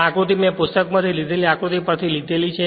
આ આકૃતિ મેં પુસ્તકમાંથી લીધેલી આકૃતિ પરથી લીધી છે